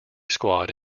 squad